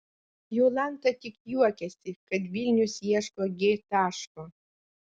jolanta tik juokiasi kad vilnius ieško g taško